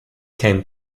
came